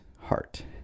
heart